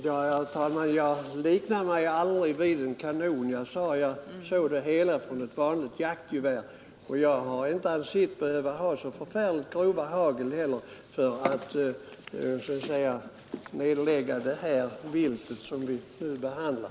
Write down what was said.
Fru talman! Jag liknar mig inte vid en kanon. Jag såg det hela ur ett vanligt jaktgevärs perspektiv. Jag har inte behövt ha så förfärligt grova hagel för att nedlägga det vilt som vi nu behandlar.